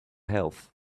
health